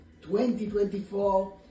2024